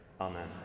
Amen